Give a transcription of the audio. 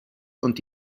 und